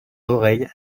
oreille